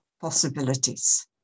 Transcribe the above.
possibilities